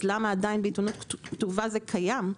אז למה עדיין בעיתונות כתובה זה קיים?